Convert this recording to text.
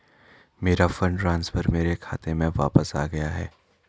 मेरा fund transfer मेरे खाते में वापस आ गया है